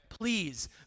Please